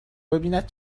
ببیند